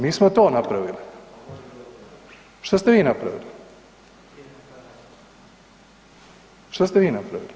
Mi smo to napravili, šta ste vi napravili?